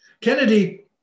Kennedy